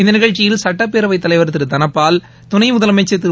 இந்த நிகழ்ச்சியில் சட்டப்பேரவைத் தலைவர் திரு தனபால் துணை முதலமைச்சர் திரு